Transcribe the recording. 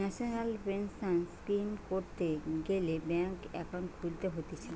national pension scheme করতে গ্যালে bank account খুলতে হতিছে